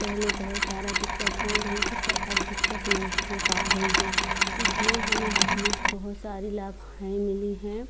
पहले बहुत सारा दिक्कत हो रही थी पर अब दिक्कत नहीं हो पा रही है इसलिए हमें बिजली से बहुत सारी लाभाएँ मिली हैं